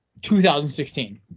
2016